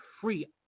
free